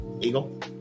eagle